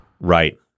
Right